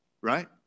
right